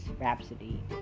Rhapsody